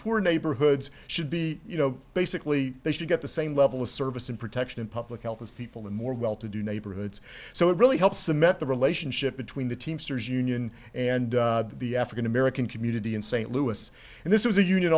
poor neighborhoods should be you know basically they should get the same level of service and protection of public health as people in more well to do neighborhoods so it really helps cement the relationship between the teamsters union and the african american community in st louis and this is a uni